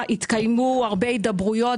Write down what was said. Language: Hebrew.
אלה הנתונים שהם אולי מקובלים עליו,